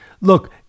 Look